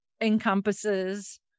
encompasses